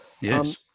Yes